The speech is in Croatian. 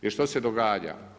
Jer što se događa?